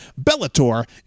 Bellator